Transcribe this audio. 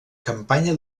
campanya